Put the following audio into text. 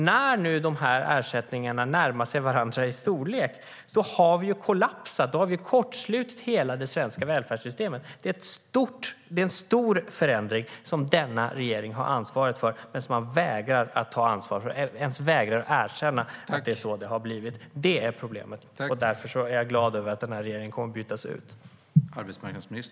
När nu de här ersättningarna närmar sig varandra i storlek har vi kollapsat. Vi har kortslutit hela det svenska välfärdssystemet. Det är en stor förändring som denna regering har ansvaret för, men den vägrar att ta det ansvaret eller ens erkänna att det faktiskt är så det har blivit. Det är problemet, och därför är jag glad över att den här regeringen kommer att bytas ut.